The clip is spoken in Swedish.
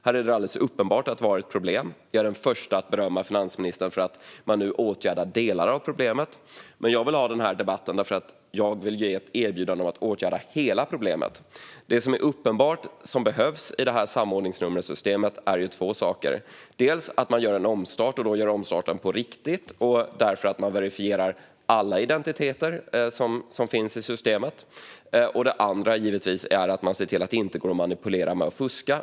Här är det alldeles uppenbart att vi har ett problem, och jag är den förste att berömma finansministern för att man nu åtgärdar delar av problemet. Jag vill ha den här debatten för att ge ett erbjudande om att åtgärda hela problemet. Två saker behövs uppenbart i samordningsnummersystemet: dels att man gör en riktig omstart och verifierar alla identiteter som finns i systemet, dels att man ser till att det inte går att manipulera och fuska.